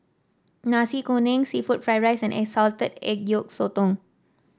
Nasi Kuning seafood Fried Rice and Salted Egg Yolk Sotong